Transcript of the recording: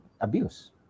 abuse